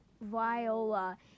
Viola